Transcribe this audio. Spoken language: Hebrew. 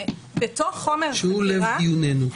--- שהוא לב דיוננו.